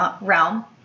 realm